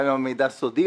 גם אם המידע סודי,